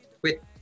quit